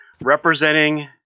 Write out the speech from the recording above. Representing